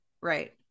right